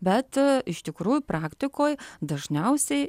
bet iš tikrųjų praktikoj dažniausiai